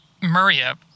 Maria